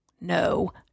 no